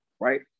Right